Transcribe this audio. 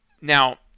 now